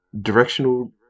directional